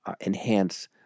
enhance